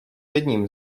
jedním